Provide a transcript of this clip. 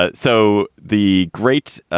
ah so the great